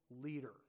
leader